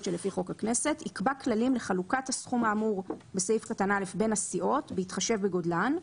יקבע כללים לחלוקת הסכום האמור בסעיף קטן (א) בין הסיעות בהתחשב בגודלן,